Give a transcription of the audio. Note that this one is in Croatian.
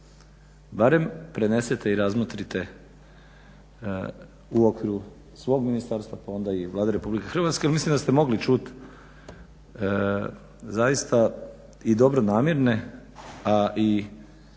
barem prenesete i razmotrite u okviru svoj ministarstva pa onda i Vlade RH. Mislim da ste mogli čut zaista i dobronamjerne a i